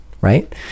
right